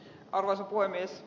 arvoisa puhemies